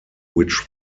which